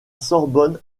sorbonne